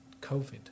COVID